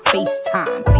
FaceTime